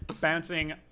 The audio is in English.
bouncing